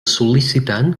sol·licitant